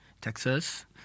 Texas